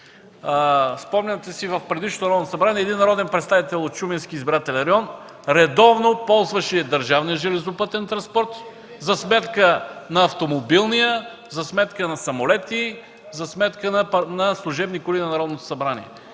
Спомняте си в предишното Народно събрание народен представител от Шуменски избирателен район редовно ползваше държавния железопътен транспорт за сметка на автомобилния, за сметка на самолети, на служебни коли на Народното събрание.